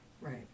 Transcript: Right